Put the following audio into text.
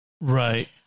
right